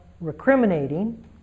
recriminating